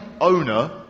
owner